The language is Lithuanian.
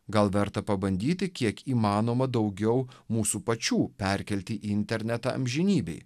gal verta pabandyti kiek įmanoma daugiau mūsų pačių perkelti į internetą amžinybei